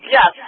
Yes